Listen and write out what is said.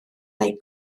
neu